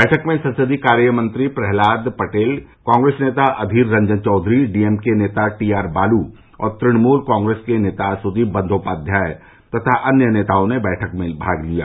बैठक में संसदीय कार्यमंत्री प्रहलाद पटेल कांग्रेस नेता Adhir Ranjan Chowdhury D M K नेता टी आर बालू और तृणमूल कांग्रेस के नेता सुदीप बंघोपाध्याय तथा अन्य नेताओं ने बैठक में हिस्सा लिया